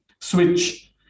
switch